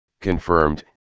confirmed